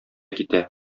китә